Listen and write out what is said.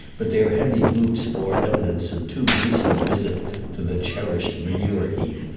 but their heavy boots bore evidence of too recent a visit to the cherished manure heap,